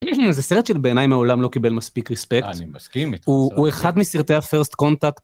זה סרט שבעיניי מעולם לא קיבל מספיק ריספקט. אני מסכים. הוא אחד מסרטי הפרסט קונטקט